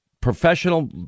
professional